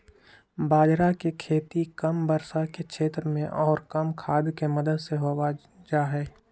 बाजरा के खेती कम वर्षा के क्षेत्र में और कम खाद के मदद से हो जाहई